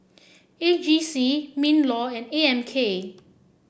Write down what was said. A G C Minlaw and A M K